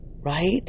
Right